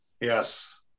Yes